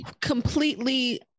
completely